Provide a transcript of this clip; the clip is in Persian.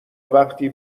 وقتی